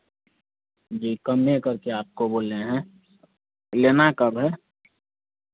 जी कमे करके आपको बोले हैं लेना कब है